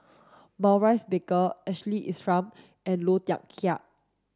Maurice Baker Ashley Isham and Low Thia Khiang